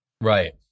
Right